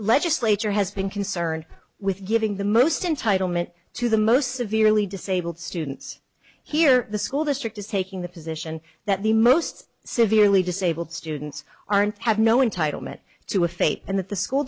legislature has been concerned with giving the most in title meant to the most severely disabled students here the school district is taking the position that the most severely disabled students are in have no entitle met to a faith and that the school